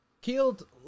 killed